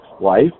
Life